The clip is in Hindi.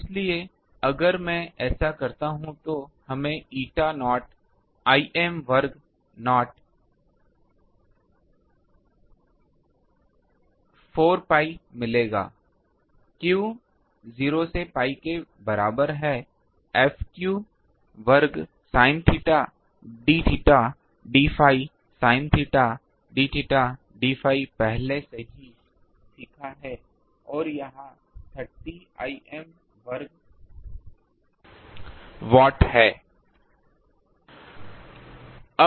इसलिए अगर मैं ऐसा करता हूं तो हमें एटा नॉट lm वर्ग नॉट 4 pi मिलेगा q 0 से pi के बराबर है F वर्ग sine theta d theta d phi sine theta d theta d phi पहले से ही सीखा है और यह 30 Im वर्ग वाट है